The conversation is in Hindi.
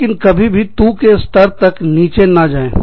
लेकिन कभी भी "तू" के स्तर तक नीचे नहीं जाएँ